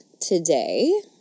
today